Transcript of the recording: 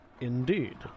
Indeed